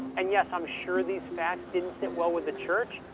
and, yes, i'm sure these facts didn't sit well with the church,